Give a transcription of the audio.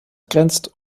grenzt